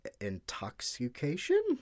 Intoxication